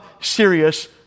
serious